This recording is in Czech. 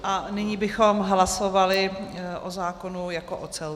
A nyní bychom hlasovali o zákonu jako o celku.